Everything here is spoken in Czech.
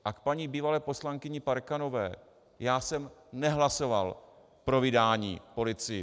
A k paní bývalé poslankyni Parkanové já jsem nehlasoval pro vydání policii.